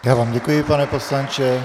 Já vám děkuji, pane poslanče.